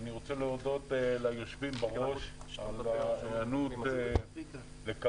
אני רוצה להודות ליושבים בראש על ההיענות לקבל